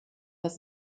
das